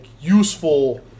useful